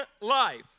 life